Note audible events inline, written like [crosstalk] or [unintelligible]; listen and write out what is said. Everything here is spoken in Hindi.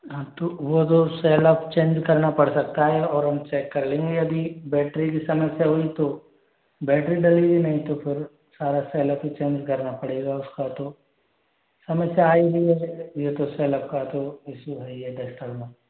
हाँ तो वो दो सैलअप चेंज करना पड़ सकता है और हम चेक कर लेंगे यदि बैटरी की समस्या हुई तो बैटरी डलेगी नहीं तो फिर सारा सैलअप ही चेंज करना पड़ेगा उसका तो समस्या आई नहीं है [unintelligible] ये तो सेलअप का तो इस्स्यू है ही ये टेष्टर का